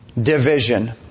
division